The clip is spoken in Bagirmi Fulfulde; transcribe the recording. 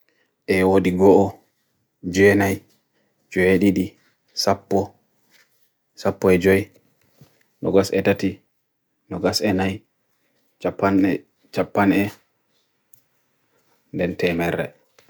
E o di go o, joe nai, joe edidi, sapo, sapo e joe, nogas edati, nogas enai, chapane, chapane, dente mere.